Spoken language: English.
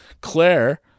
Claire